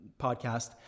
podcast